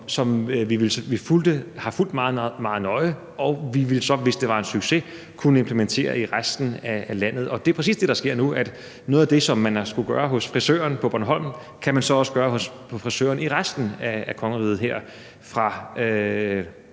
som vi har fulgt meget nøje, og vi ville så, hvis det var en succes, kunne implementere det i resten af landet. Det er præcis det, der sker nu: at noget af det, man har skullet gøre hos frisøren på Bornholm, kan man så også gøre hos frisøren i resten af Danmark fra